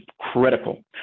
critical